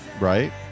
Right